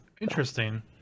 Interesting